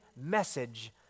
message